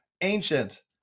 ancient